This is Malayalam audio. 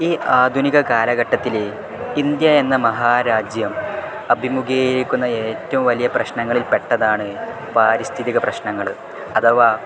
ഈ ആധുനിക കാലഘട്ടത്തിലെ ഇന്ത്യ എന്ന മഹാരാജ്യം അഭിമുഖീകരിക്കുന്ന ഏറ്റവും വലിയ പ്രശ്നങ്ങളിൽ പെട്ടതാണ് പാരിസ്ഥിതിക പ്രശ്നങ്ങൾ അഥവാ